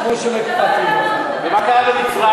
למה לא, מה קרה במצרים?